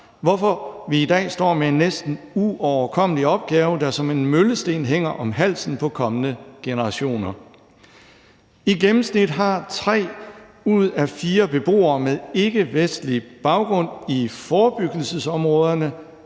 hvorfor vi i dag står med en næsten uoverkommelig opgave, der som en møllesten hænger om halsen på kommende generationer. I gennemsnit har tre ud af fire beboere med ikkevestlig baggrund i forebyggelsesområderne